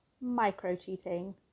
micro-cheating